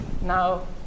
now